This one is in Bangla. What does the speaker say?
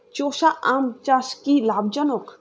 চোষা আম চাষ কি লাভজনক?